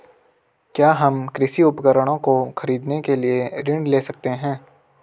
क्या हम कृषि उपकरणों को खरीदने के लिए ऋण ले सकते हैं?